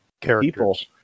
characters